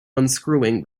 unscrewing